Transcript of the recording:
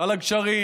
על הגשרים